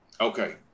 Okay